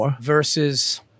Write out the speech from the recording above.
versus